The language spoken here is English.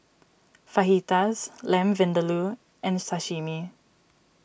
Fajitas Lamb Vindaloo and Sashimi